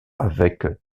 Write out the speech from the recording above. avec